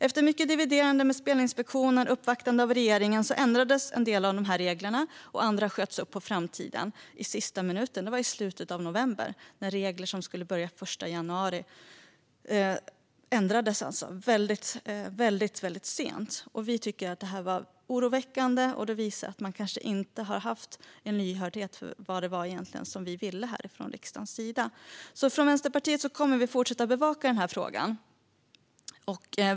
Efter mycket dividerande med Spelinspektionen och uppvaktande av regeringen ändrades en del av reglerna. Andra sköts på framtiden i sista minuten, i slutet av november. Regler som skulle börja gälla den 1 januari ändrades alltså väldigt sent. Vi tycker att det är oroväckande och visar att man kanske inte varit lyhörd för vad vi i riksdagen egentligen ville. Vänsterpartiet kommer att fortsätta bevaka denna fråga.